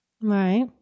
Right